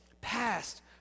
past